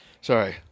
Sorry